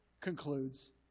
concludes